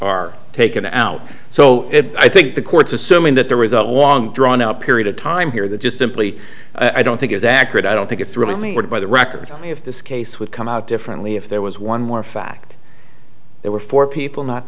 are taken out so i think the courts assuming that the result was drawn out period of time here that just simply i don't think is accurate i don't think it's really what by the record i mean if this case would come out differently if there was one more fact there were four people not